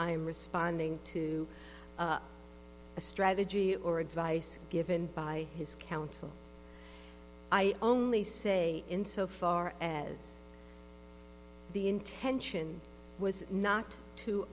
am responding to the strategy or advice given by his counsel i only say in so far as the intention was not to